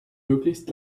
möglichst